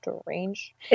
strange